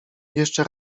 jeszcze